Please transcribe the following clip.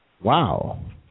Wow